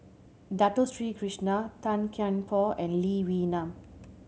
Dato Sri Krishna Tan Kian Por and Lee Wee Nam